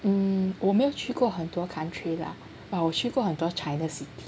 hmm 我没有去过很多 country lah but 我去过很多 China city